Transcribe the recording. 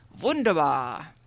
Wunderbar